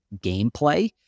gameplay